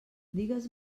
digues